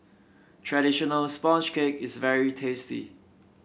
traditional sponge cake is very tasty